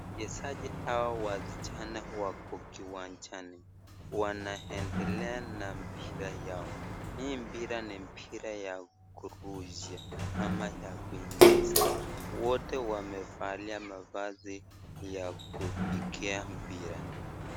Wachezaji hawa wa vijana wako kiwanjani, wanaendelea na mpira yao. Hii mpira ni mpira ya kurusha ama ya kuingiza. Wote wamevalia mavazi ya kupokea mpira.